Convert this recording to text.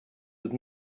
with